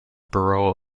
borough